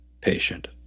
patient